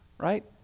right